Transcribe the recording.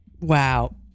Wow